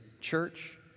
church